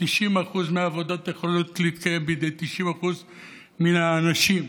90% מהעבודות יכולות להתקיים בידי 90% מן האנשים.